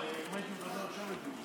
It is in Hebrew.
עד חמש דקות לרשותך, אדוני.